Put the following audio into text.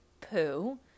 poo